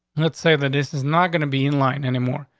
let's say that this is not gonna be in line anymore.